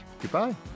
Goodbye